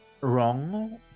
wrong